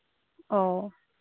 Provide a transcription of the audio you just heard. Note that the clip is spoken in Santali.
ᱚᱻ